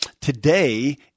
Today